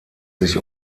sich